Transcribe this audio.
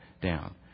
down